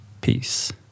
Peace